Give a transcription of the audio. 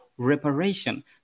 Reparation